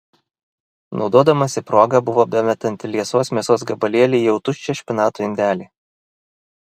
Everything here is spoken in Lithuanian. naudodamasi proga buvo bemetanti liesos mėsos gabalėlį į jau tuščią špinatų indelį